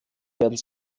werden